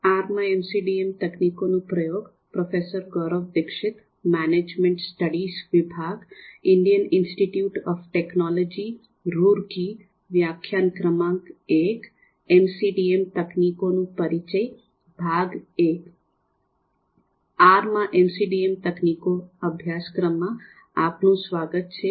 R માં MCDM તકનીકો આભ્યાસક્રમ આપનું સ્વાગત છે